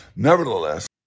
Nevertheless